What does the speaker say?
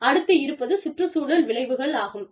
அடுத்து இருப்பது சுற்றுச்சூழல் விளைவுகள் ஆகும்